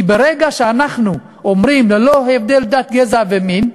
כי ברגע שאנחנו אומרים: ללא הבדל דת, גזע ומין,